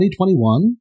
2021